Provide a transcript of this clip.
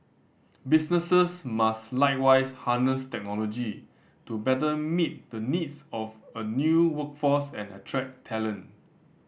businesses must likewise harness technology to better meet the needs of a new workforce and attract talent